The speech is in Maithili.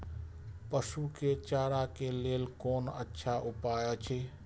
पशु के चारा के लेल कोन अच्छा उपाय अछि?